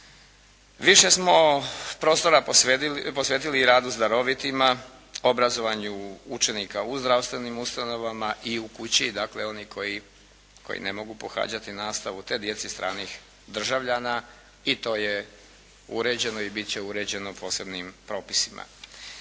Više smo prostora posvetili radu s darovitima, obrazovanju učenika u zdravstvenim ustanovama i u kući, dakle oni koji ne mogu pohađati nastavu te djeci stranih državljana i to je uređeno i biti će uređeno posebnim propisima.